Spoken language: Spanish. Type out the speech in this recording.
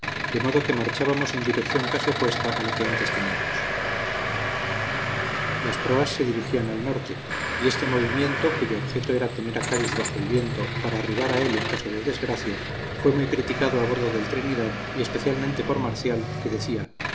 de modo que marchábamos en dirección casi opuesta a la que antes teníamos las proas se dirigían al norte y este movimiento cuyo objeto era tener a cádiz bajo el viento para arribar a él en caso de desgracia fue muy criticado a bordo del trinidad y especialmente por marcial que decía